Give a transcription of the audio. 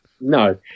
No